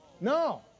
No